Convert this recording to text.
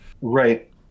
Right